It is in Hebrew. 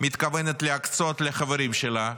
מתכוונת להקצות לחברים שלה,